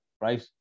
right